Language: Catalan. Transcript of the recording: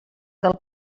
del